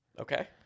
Okay